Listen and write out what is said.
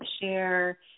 share